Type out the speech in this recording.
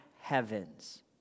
heavens